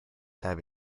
have